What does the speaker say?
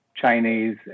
Chinese